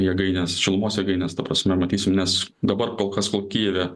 jėgainės šilumos jėgaines ta prasme matysim nes dabar kol kas kol kijeve